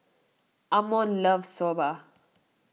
Ammon loves Soba